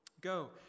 Go